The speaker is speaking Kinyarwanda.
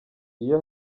iyo